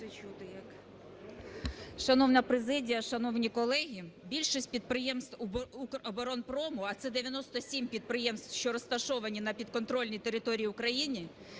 Шановна президія, шановні колеги, більшість підприємств Укроборонпрому, а це 97 підприємств, що розташовані на підконтрольній території України,